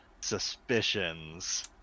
suspicions